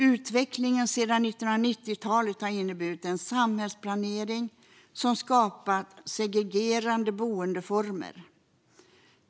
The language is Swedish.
Utvecklingen sedan 1990-talet har inneburit en samhällsplanering som skapat segregerande boendeformer.